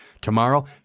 Tomorrow